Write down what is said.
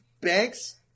banks